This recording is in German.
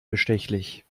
bestechlich